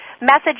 message